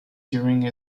during